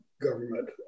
government